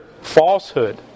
falsehood